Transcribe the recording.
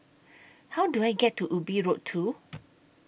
How Do I get to Ubi Road two